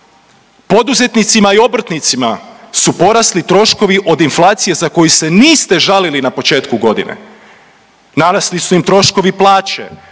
Poduzetnicima i obrtnicima su poraslu troškovi od inflacije za koju se niste žalili na početku godine. Narasli su im troškovi plaće,